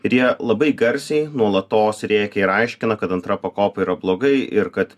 ir jie labai garsiai nuolatos rėkia ir aiškina kad antra pakopa yra blogai ir kad